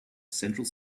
central